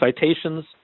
citations